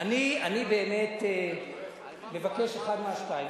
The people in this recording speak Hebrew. אני באמת מבקש אחד מהשניים,